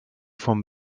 vom